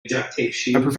professional